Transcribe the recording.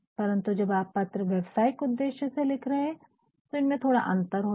परन्तु जब आप पत्र व्यवसायिक उद्देश से लिख रहे हैं तो इनमे थोड़ा अंतर होता है